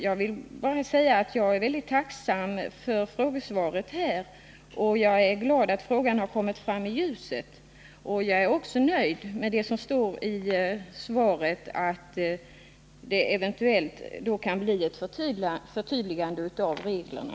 Jag vill bara säga att jag är tacksam för frågesvaret och glad att frågan har kommit fram i ljuset. Jag är också nöjd med vad som står i svaret — att det eventuellt kan bli ett förtydligande av reglerna.